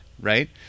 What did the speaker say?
right